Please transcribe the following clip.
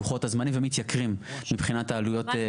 מבחינת לוחות הזמנים ומתייקרים מבחינת העלויות בכסף.